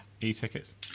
e-tickets